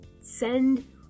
send